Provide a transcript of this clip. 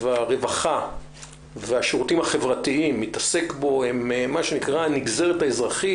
הרווחה והשירותים החברתיים מתעסק בהם הם מה שנקרא הנגזרת האזרחית,